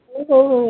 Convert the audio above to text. ଏଇ ଯେଉଁ